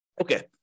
Okay